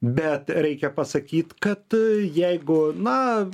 bet reikia pasakyt kad jeigu na